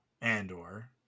Andor